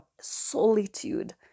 solitude